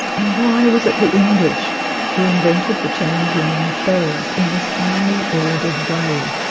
and why was it the english who invented the change ringing of bells in this highly ordered way?